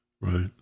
right